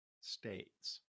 states